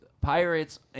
pirates